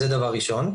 זה דבר ראשון,